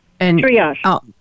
triage